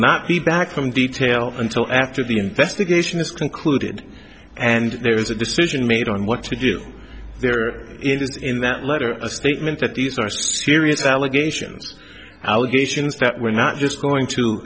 not be back from detail until after the investigation is concluded and there is a decision made on what to do there it is in that letter a statement that these are serious allegations allegations that we're not just going to